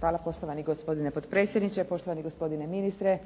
Hvala poštovani gospodine potpredsjedniče, poštovani gospodine ministre,